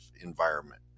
environment